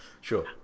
sure